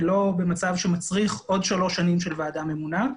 היא לא במצב שמצריך עוד שלוש שנים של ועדה ממונה,